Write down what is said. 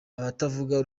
abatavuga